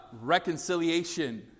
reconciliation